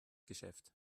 geschäft